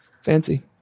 Fancy